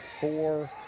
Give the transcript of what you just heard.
four